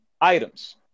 items